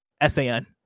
S-A-N